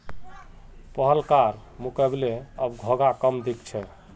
पहलकार मुकबले अब घोंघा कम दख छि